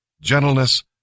gentleness